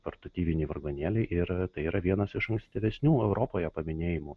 portatyviniai vargonėliai ir tai yra vienas iš ankstyvesnių europoje paminėjimų